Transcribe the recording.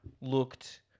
looked